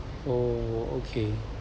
oh okay